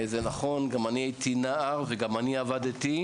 זה נכון, גם אני הייתי נער וגם אני עבדתי.